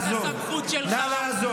שאלה.